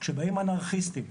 כשבאים אנרכיסטים,